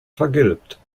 vergilbt